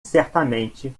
certamente